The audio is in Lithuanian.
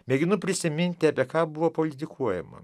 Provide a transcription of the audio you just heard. mėginu prisiminti apie ką buvo politikuojama